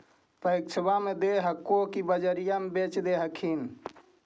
पैक्सबा मे दे हको की बजरिये मे बेच दे हखिन?